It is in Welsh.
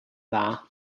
dda